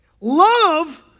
Love